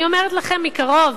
אני אומרת לכם מקרוב: